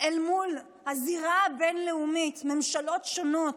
אל מול הזירה הבין-לאומית, ממשלות שונות,